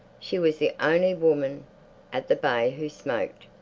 she was the only woman at the bay who smoked,